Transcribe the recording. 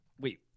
Wait